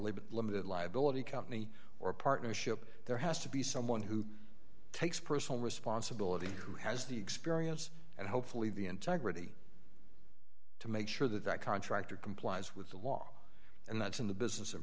labor limited liability company or partnership there has to be someone who takes personal responsibility who has the experience and hopefully the integrity to make sure that that contractor complies with the law and that's in the business of